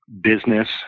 business